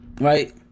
right